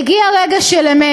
"הגיע רגע של אמת.